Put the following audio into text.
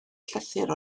llythyr